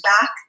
back